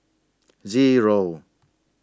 Zero